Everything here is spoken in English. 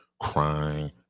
crying